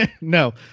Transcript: no